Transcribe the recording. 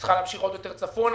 וצריכה להמשיך עוד יותר צפונה,